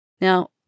Now